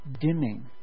dimming